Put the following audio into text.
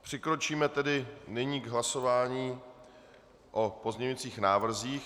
Přikročíme tedy nyní k hlasování o pozměňovacích návrzích.